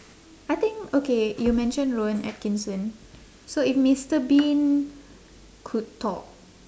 I think okay you mentioned rowan atkinson so if mister bean could talk